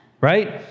Right